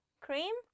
cream